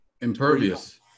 impervious